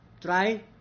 try